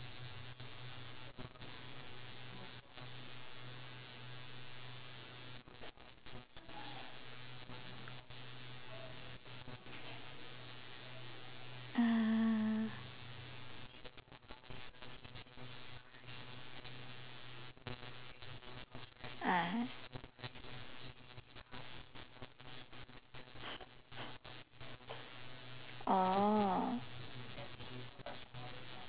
uh ah oh